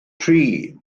tri